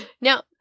Now